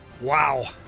Wow